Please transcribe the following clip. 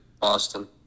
boston